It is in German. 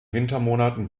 wintermonaten